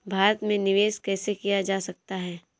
भारत में निवेश कैसे किया जा सकता है?